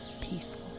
peaceful